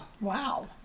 Wow